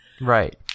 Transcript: Right